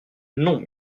non